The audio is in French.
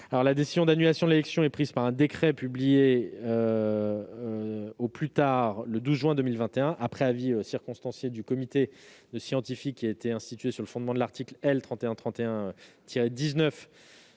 La décision d'annulation de l'élection serait prise par un décret publié, au plus tard le 12 juin 2021, après avis circonstancié du comité de scientifiques, institué sur le fondement de l'article L. 3131-19